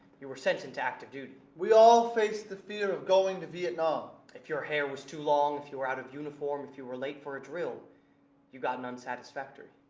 you were sent into active duty. we all faced the fear of going to vietnam. if your hair was too long, if you were out of uniform, if you were late for a drill you got an unsatisfactory.